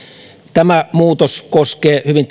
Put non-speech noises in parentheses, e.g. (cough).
tämä muutos koskee hyvin (unintelligible)